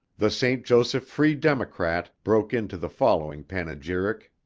the st. joseph free democrat broke into the following panegyric